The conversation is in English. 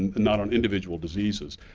and not on individual diseases.